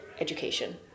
education